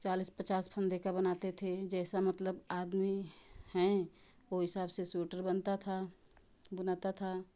चालीस पचास फंदे का बनाते थे जैसा मतलब आदमी हैं वह ही हिसाब से सूटर बनता था बुनाता था